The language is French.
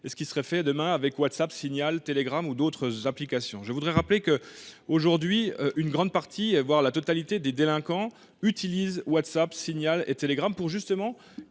ce qui serait fait demain avec WhatsApp, Signal, Telegram ou d’autres applications. Actuellement, une grande partie, voire la totalité, des délinquants utilisent WhatsApp, Signal et Telegram, précisément